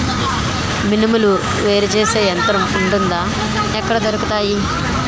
మినుములు వేరు చేసే యంత్రం వుంటుందా? ఎక్కడ దొరుకుతాయి?